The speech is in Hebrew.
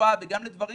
לתעופה ולדברים